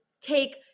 take